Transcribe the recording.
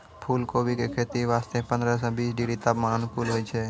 फुलकोबी के खेती वास्तॅ पंद्रह सॅ बीस डिग्री तापमान अनुकूल होय छै